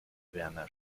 werner